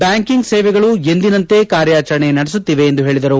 banking ಸೇವೆಗಳು ಎಂದಿನಂತೆ ಕಾರ್ಯಾಚರಣೆ ನಡೆಸುತ್ತಿವೆ ಎಂದು ಹೇಳಿದರು